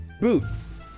Boots